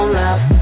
love